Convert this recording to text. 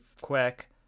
quick